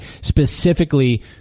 specifically